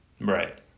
Right